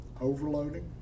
overloading